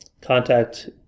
contact